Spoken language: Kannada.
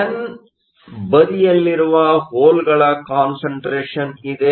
ಎನ್ ಬದಿಯಲ್ಲಿರುವ ಹೋಲ್ಗಳ ಕಾನ್ಸಂಟ್ರೇಷನ್ ಇದೆ